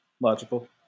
Logical